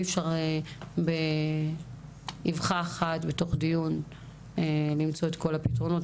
אי אפשר באבחה אחת בתוך דיון למצוא את כל הפתרונות.